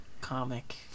comic